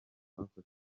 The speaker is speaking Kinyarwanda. twafashe